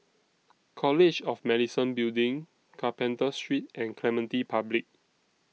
College of Medicine Building Carpenter Street and Clementi Public